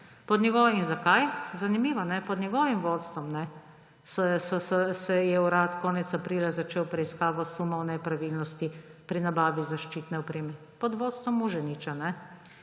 pod njegovim vodstvom je urad konec aprila začel preiskavo sumov nepravilnosti pri nabavi zaščitne opreme. Pod vodstvom Muženiča.